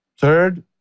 Third